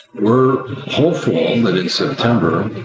we're hopeful um that in september